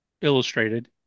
illustrated